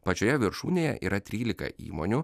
pačioje viršūnėje yra trylika įmonių